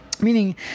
Meaning